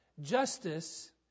Justice